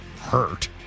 Hurt